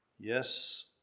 Yes